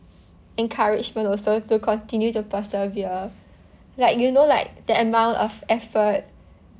encouragement also to continue to persevere like you know like that amount of effort